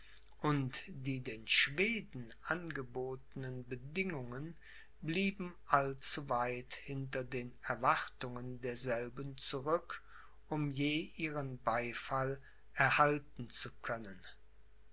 und die den schweden angebotenen bedingungen blieben allzu weit hinter den erwartungen derselben zurück um je ihren beifall erhalten zu können